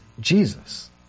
Jesus